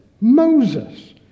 Moses